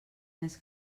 més